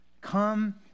Come